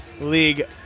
League